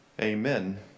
Amen